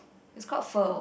is called pho